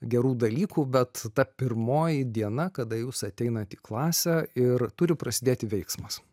gerų dalykų bet ta pirmoji diena kada jūs ateinat į klasę ir turi prasidėti veiksmas